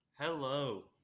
Hello